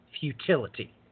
futility